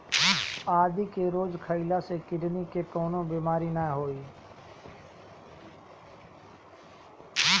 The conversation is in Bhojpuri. आदि के रोज खइला से किडनी के कवनो बीमारी ना होई